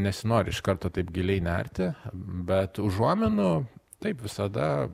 nesinori iš karto taip giliai nerti bet užuominų taip visada